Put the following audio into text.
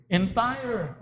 entire